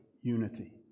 unity